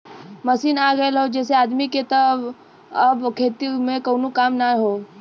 machine आ गयल हौ जेसे आदमी के त अब खेती में कउनो काम ना हौ